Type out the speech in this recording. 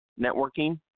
networking